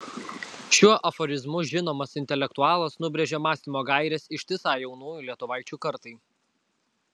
šiuo aforizmu žinomas intelektualas nubrėžė mąstymo gaires ištisai jaunųjų lietuvaičių kartai